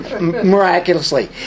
miraculously